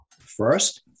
First